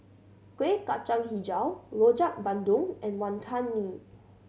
Kuih Kacang Hijau Rojak Bandung and Wonton Mee